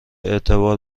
اعتبار